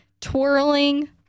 Twirling